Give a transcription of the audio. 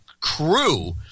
crew